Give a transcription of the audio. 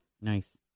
Nice